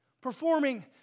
performing